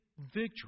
victory